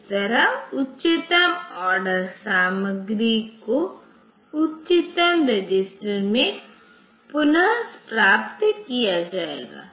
इस तरह उच्चतम ऑर्डर सामग्री को उच्चतम रजिस्टर में पुनः प्राप्त किया जाएगा